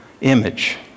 image